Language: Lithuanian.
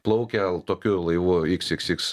plaukia tokiu laivu iks iks iks